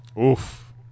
Oof